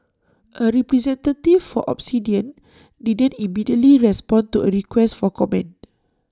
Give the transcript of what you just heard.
A representative for Obsidian didn't immediately respond to A request for comment